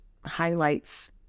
highlights